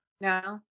No